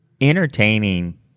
entertaining